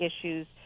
issues